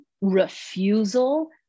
refusal